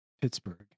Pittsburgh